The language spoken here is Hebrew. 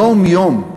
יום-יום.